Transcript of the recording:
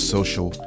Social